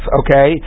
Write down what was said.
okay